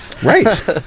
Right